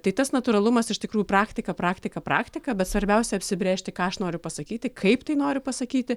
tai tas natūralumas iš tikrųjų praktika praktika praktika bet svarbiausia apsibrėžti ką aš noriu pasakyti kaip tai noriu pasakyti